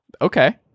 Okay